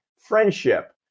friendship